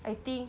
I think